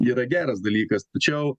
yra geras dalykas tačiau